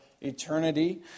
eternity